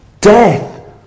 death